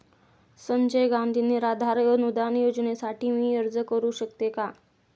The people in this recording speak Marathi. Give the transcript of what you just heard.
संजय गांधी निराधार अनुदान योजनेसाठी मी अर्ज करू शकते का?